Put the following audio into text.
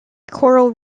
coral